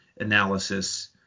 analysis